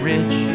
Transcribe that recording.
Rich